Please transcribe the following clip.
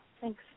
thanks